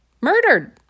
Murdered